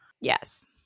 Yes